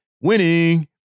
Winning